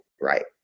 Right